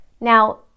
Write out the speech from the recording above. Now